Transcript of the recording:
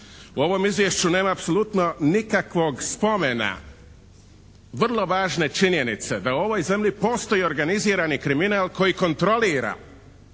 U ovom izvješću nema apsolutno nikakvog spomena vrlo važne činjenice da u ovoj zemlji postoji organizirani kriminal koji kontrolira